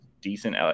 decent